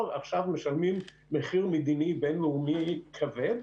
עכשיו אנחנו משלמים מחיר מדיני בין-לאומי כבד,